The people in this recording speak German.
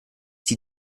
die